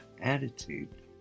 attitude